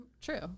True